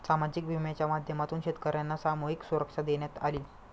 सामाजिक विम्याच्या माध्यमातून शेतकर्यांना सामूहिक सुरक्षा देण्यात आली